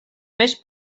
més